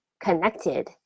connected